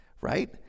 right